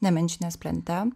nemenčinės plente